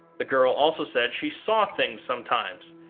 the girl also said she saw things sometimes,